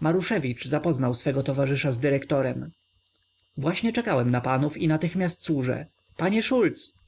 maruszewicz zapoznał swego towarzysza z dyrektorem właśnie czekałem na panów i natychmiast służę panie szulc